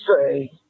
say